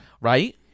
Right